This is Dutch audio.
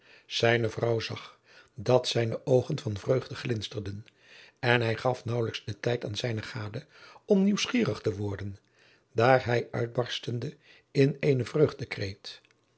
zijne vrouw zag dat zijne oogen van vreugde glinsterden en hij gaf naauwelijks den tijd aan zijne gade om nieuwsgierig te worden daar hij uitbarstende in